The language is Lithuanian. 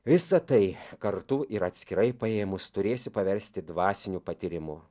visą tai kartu ir atskirai paėmus turėsiu paversti dvasiniu patyrimu